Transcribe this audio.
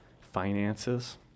Finances